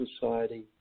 society